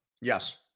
Yes